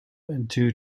due